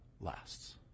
lasts